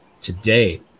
today